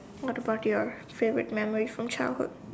what about your favorite memory on childhood